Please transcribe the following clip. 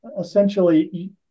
essentially